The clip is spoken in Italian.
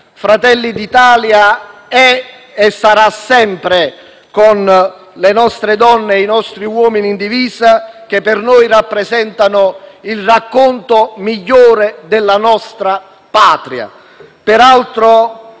Fratelli d'Italia è e sarà sempre con le nostre donne e i nostri uomini in divisa, che per noi rappresentano il racconto migliore della nostra Patria;